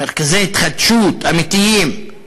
מרכזי התחדשות אמיתיים,